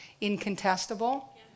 incontestable